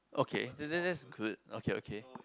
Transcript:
okay that's that's that's good okay okay